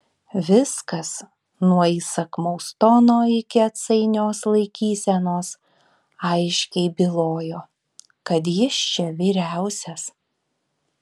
viskas nuo įsakmaus tono iki atsainios laikysenos aiškiai bylojo kad jis čia vyriausias